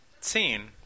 scene